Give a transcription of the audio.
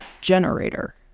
generator